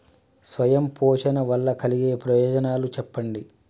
స్వయం పోషణ వల్ల కలిగే ప్రయోజనాలు చెప్పండి?